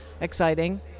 exciting